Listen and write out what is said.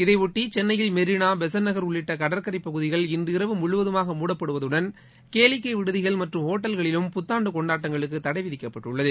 இதையொட்டி சென்னையில் மெரினா பெசன்ட் நகர் உள்ளிட்ட கடற்கரை பகுதிகள் இன்றிரவு முழுவதாக மூடப்படுவதுடன் கேளிக்கை விடுதிகள் மற்றும் ஒட்டல்களிலும் புத்தாண்டு கொண்டாட்டங்களுக்கு தடை விதிக்கப்பட்டுள்ளது